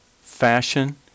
fashion